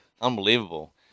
unbelievable